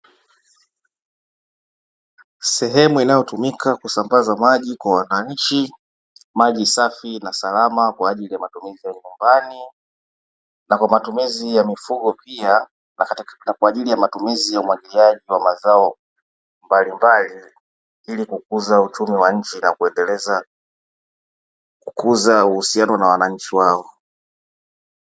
Sehemu inayotumika kusambaza maji kwa wananchi maji safi na salama kwa ajili ya matumizi ya nyumbani na kwa matumizi ya mifugo pia, na hata kwa ajili ya matumizi ya umwagiliaji wa mazao mbalimbali ili kukuza uchumi wa nchi na kuendeleza kukuza uhusiano na wanachi wao.